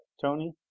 Tony